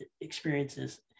experiences